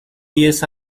diez